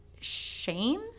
shame